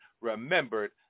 remembered